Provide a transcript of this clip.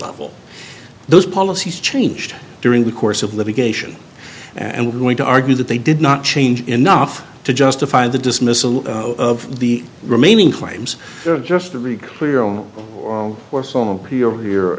level those policies changed during the course of litigation and we're going to argue that they did not change enough to justify the dismissal of the remaining claims just a very clear on or so on appeal here